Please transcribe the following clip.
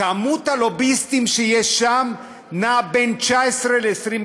ומספר הלוביסטים שיש שם נע בין 19 ל-26,